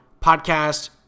podcast